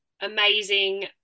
amazing